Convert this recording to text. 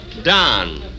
Don